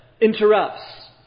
interrupts